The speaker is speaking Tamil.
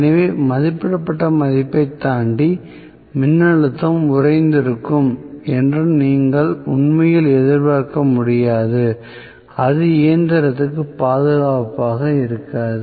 எனவே மதிப்பிடப்பட்ட மதிப்பைத் தாண்டி மின்னழுத்தம் உறைந்திருக்கும் என்று நீங்கள் உண்மையில் எதிர்பார்க்க முடியாது அது இயந்திரத்திற்கு பாதுகாப்பாக இருக்காது